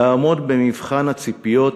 לעמוד במבחן הציפיות